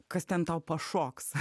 kas ten tau pašoks